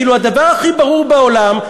על הדבר הכי ברור בעולם,